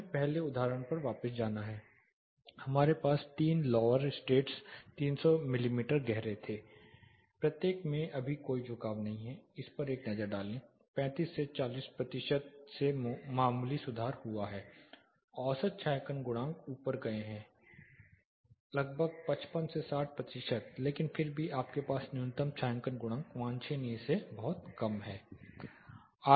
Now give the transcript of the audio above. हमें पिछले उदाहरण पर वापस जाना है हमारे पास तीन लौवर स्लैट्स 300 मिमी गहरे थे प्रत्येक में अभी कोई झुकाव नहीं है इस पर एक नज़र डालें 35 40 प्रतिशत से मामूली सुधार हुआ है औसत छायांकन गुणांक ऊपर उठ गए हैं लगभग 55 60 प्रतिशत लेकिन फिर भी आपके पास न्यूनतम छायांकन गुणांक वांछनीय से बहुत कम है